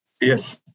yes